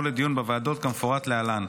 החוק הבאות יועברו לדיון בוועדות כמפורט להלן: